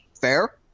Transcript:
Fair